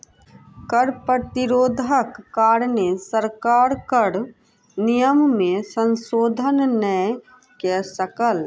कर प्रतिरोधक कारणेँ सरकार कर नियम में संशोधन नै कय सकल